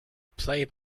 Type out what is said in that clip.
play